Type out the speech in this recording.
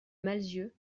malzieu